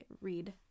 read